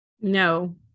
no